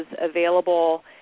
available